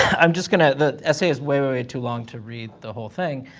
i'm just gonna. the essay is way, way too long to read the whole thing,